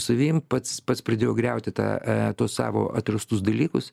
savim pats pats pradėjau griauti tą a tuos savo atrastus dalykus